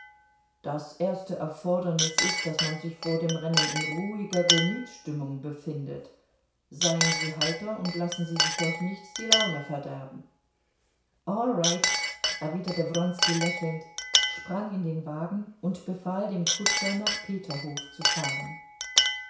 das erste erfordernis ist daß man sich vor dem rennen in ruhiger gemütsstimmung befindet seien sie heiter und lassen sie sich durch nichts die laune verderben all right erwiderte wronski lächelnd sprang in den wagen und befahl dem kutscher nach peterhof zu fahren